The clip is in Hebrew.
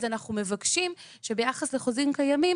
אז אנחנו מבקשים שביחס לחוזים קיימים